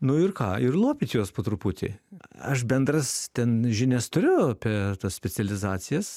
nu ir ką ir lopyt juos po truputį aš bendras ten žinias turiu apie tas specializacijas